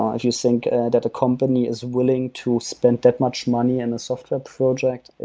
um if you think that a company is willing to spend that much money in a software project,